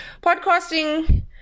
podcasting